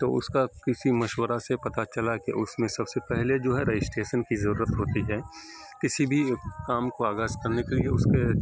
تو اس کا کسی مشورہ سے پتہ چلا کہ اس میں سب سے پہلے جو ہے رجسٹریشن کی ضرورت ہوتی ہے کسی بھی کام کو آغاز کرنے کے لیے اس کے